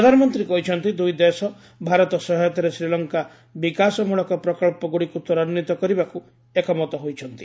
ପ୍ରଧାନମନ୍ତ୍ରୀ କହିଛନ୍ତି ଦୁଇଦେଶ ଭାରତ ସହାୟତାରେ ଶ୍ରୀଲଙ୍କା ବିକାଶ ମ୍ରଳକ ପ୍ରକଚ୍ଚଗୁଡ଼ିକୁ ତ୍ୱରାନ୍ୱିତ କରିବାକୁ ଏକମତ ହୋଇଛନ୍ତି